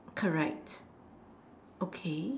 correct okay